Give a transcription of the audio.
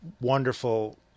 wonderful